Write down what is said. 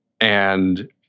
And-